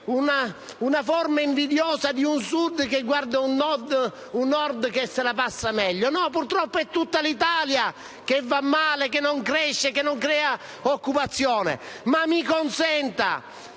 una forma invidiosa di un Sud che guarda a un Nord che se la passa meglio: purtroppo, è tutta l'Italia che va male, che non cresce, che non crea occupazione. Ma mi consenta: